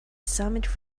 summit